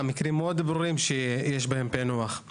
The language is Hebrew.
מקרים בהם יש פיענוח הם מאוד ברורים מהתחלה.